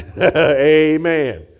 Amen